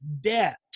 debt